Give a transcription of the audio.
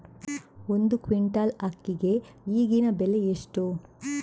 ಒಂದು ಕ್ವಿಂಟಾಲ್ ಅಕ್ಕಿಗೆ ಈಗಿನ ಬೆಲೆ ಎಷ್ಟು?